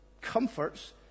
comforts